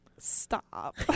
Stop